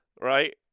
right